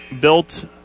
built